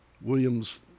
Williams